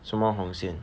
什么红线